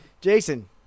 Jason